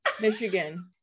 Michigan